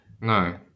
no